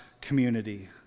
community